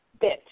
bit